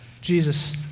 Jesus